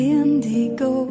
Indigo